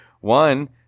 One